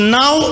now